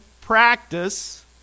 practice